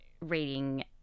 reading